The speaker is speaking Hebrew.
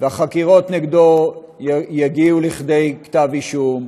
והחקירות נגדו יגיעו כדי כתב אישום.